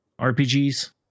RPGs